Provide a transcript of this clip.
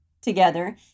together